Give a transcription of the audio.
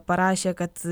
parašė kad